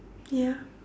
ya